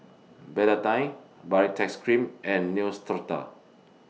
Betadine Baritex Cream and Neostrata